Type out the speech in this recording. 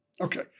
Okay